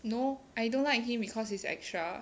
no I don't like him because he is extra